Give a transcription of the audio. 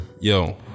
Yo